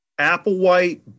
Applewhite